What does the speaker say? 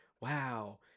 wow